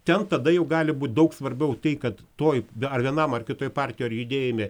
ten tada jau gali būti daug svarbiau tai kad toj ar vienam ar kitoj partijoj ar judėjime